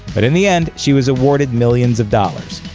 but in the end she was awarded millions of dollars.